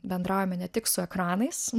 bendraujame ne tik su ekranais